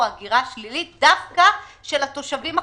הגירה שלילית דווקא של התושבים החזקים.